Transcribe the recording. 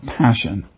passion